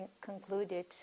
concluded